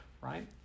right